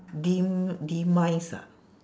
dem~ demise ah